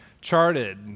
charted